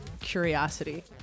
curiosity